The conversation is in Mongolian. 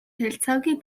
танилцаагүй